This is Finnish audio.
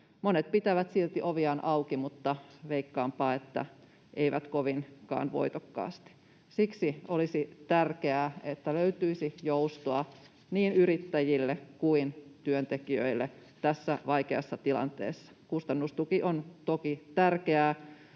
Monet pitävät silti oviaan auki, mutta veikkaanpa, että eivät kovinkaan voitokkaasti. Siksi olisi tärkeää, että löytyisi joustoa niin yrittäjille kuin työntekijöille tässä vaikeassa tilanteessa. Kustannustuki on toki tärkeää,